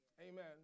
Amen